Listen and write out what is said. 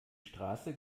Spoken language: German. straße